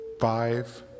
five